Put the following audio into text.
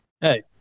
hey